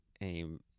aim